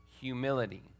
humility